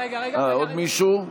עוד מישהו?